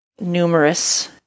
numerous